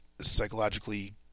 psychologically